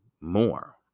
more